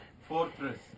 Fortress